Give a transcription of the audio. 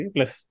Plus